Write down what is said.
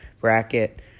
bracket